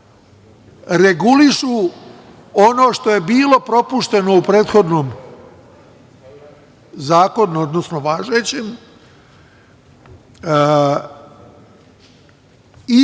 regulišu ono što je bilo propušteno u prethodnom, odnosno važećem zakonu